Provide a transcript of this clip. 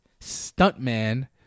stuntman